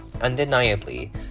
Undeniably